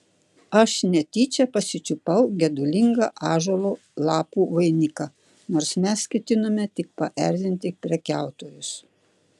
aš netyčia pasičiupau gedulingą ąžuolo lapų vainiką nors mes ketinome tik paerzinti prekiautojus